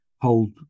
hold